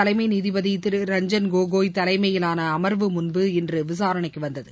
தலைமை நீதிபதி திரு ரஞ்சன் கோகாய் தலைமையிவான அமர்வு முன்பு இன்று விசாரணைக்கு வந்தது